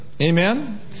Amen